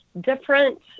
different